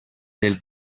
del